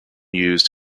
used